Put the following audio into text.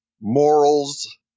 morals